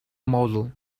model